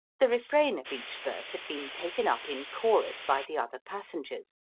the refrain of each verse had been taken up in chorus by the other passengers.